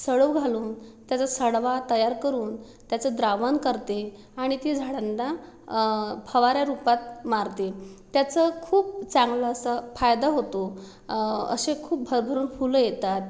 सडवू घालून त्याचा सडवा तयार करून त्याचं द्रावण करते आणि ते झाडांना फवारा रूपात मारते त्याचं खूप चांगलं असं फायदा होतो असे खूप भरभरून फुलं येतात